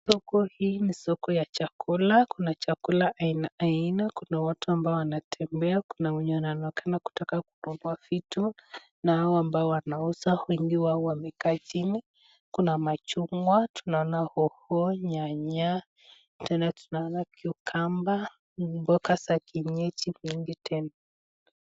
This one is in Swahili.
Soko hii ni soko la chakula. Kuna chakula aina .Kuna watu ambao wanatembea kuna wenye Wanataka kukopa vitu na hao ambao wanauza wengi wao wamekaa chini kuna machungwa, tunaona hoho, nyanya tena tunaona cucumbers mboga za kienyeji mingi tena.